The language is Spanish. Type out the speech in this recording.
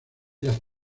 las